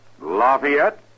Lafayette